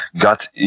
got